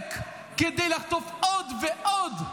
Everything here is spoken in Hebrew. הדלק לחטוף עוד ועוד.